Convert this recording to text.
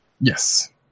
Yes